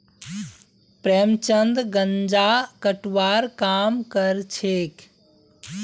प्रेमचंद गांजा कटवार काम करछेक